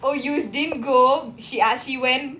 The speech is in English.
oh you didn't go she ah she went